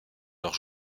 leur